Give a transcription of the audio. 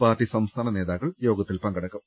party സംസ്ഥാന നേതാക്കൾ യോഗത്തിൽ സംസാരിക്കും